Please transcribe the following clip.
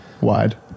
wide